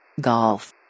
Golf